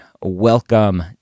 welcome